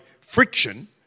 friction